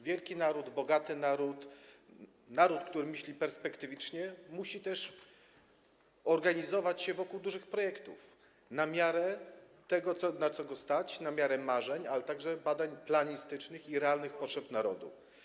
Wielki naród, bogaty naród, naród, który myśli perspektywicznie, musi też organizować się wokół dużych projektów na miarę tego, na co go stać, na miarę marzeń, ale także badań planistycznych i realnych potrzeb narodu.